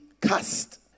cast